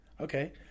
Okay